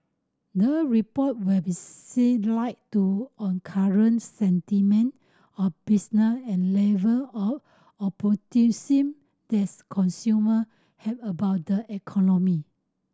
the report will shed light to on current sentiment of and level of optimism that's consumer have about the economy